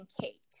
kate